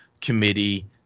committee